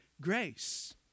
grace